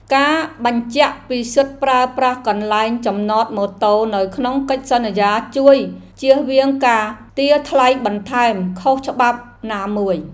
ការបញ្ជាក់ពីសិទ្ធិប្រើប្រាស់កន្លែងចំណតម៉ូតូនៅក្នុងកិច្ចសន្យាជួយជៀសវាងការទារថ្លៃបន្ថែមខុសច្បាប់ណាមួយ។